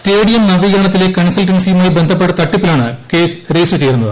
stadium നവീകരണ ത്തിലെ കൺസൾട്ടൻസിയുമായി ബന്ധപ്പെട്ട തട്ടിപ്പിലാണ് കേസ് രജിസ്റ്റർ ചെയ്തിരുന്നത്